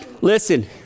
Listen